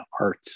art